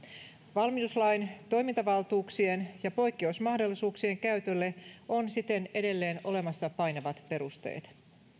valmiuslain toimintavaltuuksien ja poikkeusmahdollisuuksien käytölle on siten edelleen olemassa painavat perusteet